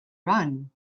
run